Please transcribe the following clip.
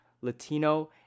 Latino